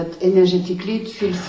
énergétiquement